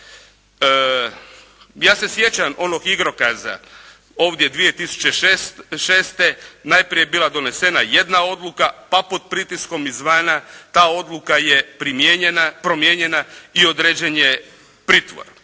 Ja se sjećam onog igrokaza ovdje 2006. najprije je bila donesena jedna odluka pa pod pritiskom izvana ta odluka je primijenjena, promijenjena i određen je pritvor.